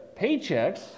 paychecks